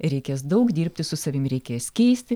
reikės daug dirbti su savim reikės keisti